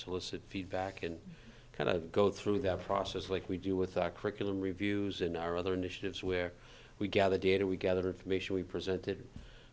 solicit feedback and kind of go through that process like we do with our curriculum reviews in our other initiatives where we gather data we gather information we presented